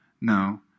no